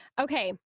Okay